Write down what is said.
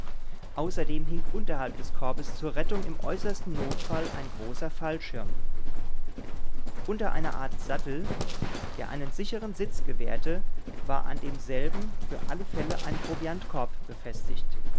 außerdem hing unterhalb des korbes zur rettung im äußersten notfall ein großer fallschirm unter einer art sattel der einen sicheren sitz gewährte war an demselben für alle fälle ein proviantkorb befestigt